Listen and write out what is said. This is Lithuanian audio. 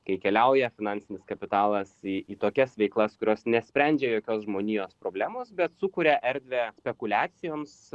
kai keliauja finansinis kapitalas į į tokias veiklas kurios nesprendžia jokios žmonijos problemos bet sukuria erdvę spekuliacijoms